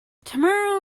tomorrow